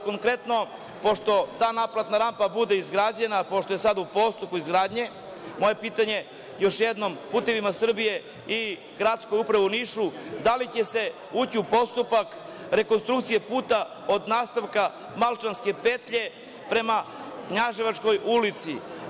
Konkretno, pošto ta naplatna rampa bude izgrađena, pošto je sada u postupku izgradnje, moje pitanje još jednom „Putevima Srbije“ i Gradskoj upravi u Nišu, da li će se ući u postupak rekonstrukcije puta od nastavka Malčanske petlje prema Knjaževačkoj ulici?